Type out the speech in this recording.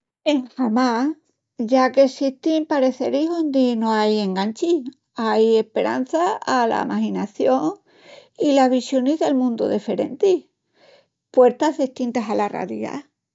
Enjamás ya qu'essistin parecelis ondi no ai enganchi, ai esperança pala maginación i las visionis del mundu deferentis. Puertas destintas a la ralidá.